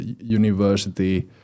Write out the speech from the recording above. university